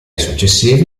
successivi